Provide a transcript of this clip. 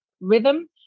rhythm